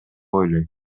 ойлойм